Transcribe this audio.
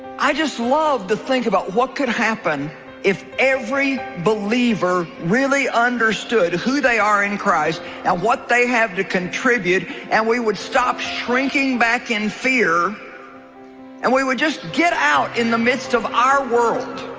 i just love to think about what could happen if every believer really understood who they are in christ and what they have to contribute and we would stop shrinking back in fear and we would just get out in the midst of our world